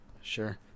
sure